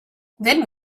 then